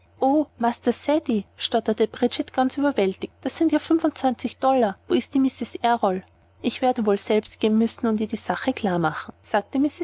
stotterte bridget ganz überwältigt das sind ja fünfundzwanzig dollar wo ist die mrs errol ich werde wohl selbst gehen müssen und ihr die sache klar machen sagte mrs